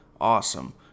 Awesome